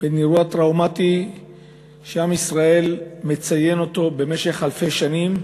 בין אירוע טראומטי שעם ישראל מציין אותו במשך אלפי שנים,